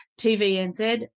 TVNZ